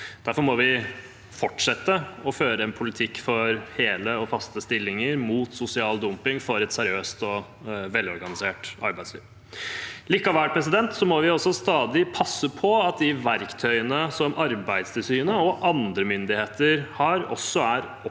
Derfor må vi fortsette å føre en politikk for hele og faste stillinger, mot sosial dumping og for et seriøst og velorganisert arbeidsliv. Likevel må vi stadig passe på at de verktøyene som Arbeidstilsynet og andre myndigheter har, er oppdatert